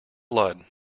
blood